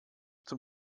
zum